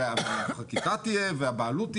ותהיה חקיקה ותהיה בעלות,